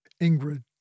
Ingrid